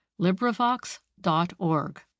LibriVox.org